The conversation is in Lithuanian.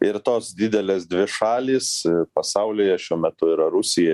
ir tos didelės dvi šalys pasaulyje šiuo metu yra rusija